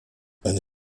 eine